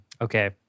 Okay